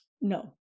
no